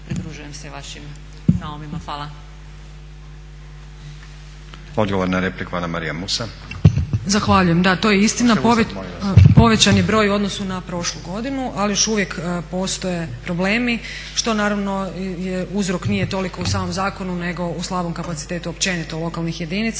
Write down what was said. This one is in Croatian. repliku Ana-Marija Musa. **Musa, Anamarija** Zahvaljujem. Da, to je istina. Povećan je broj u odnosu na prošlu godinu, ali još uvijek postoje problemi što naravno uzrok nije toliko u samom zakonu, nego u slabom kapacitetu općenito lokalnih jedinica.